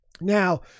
Now